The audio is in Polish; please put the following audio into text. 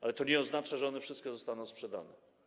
Ale to nie oznacza, że one wszystkie zostaną sprzedane.